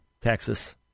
Texas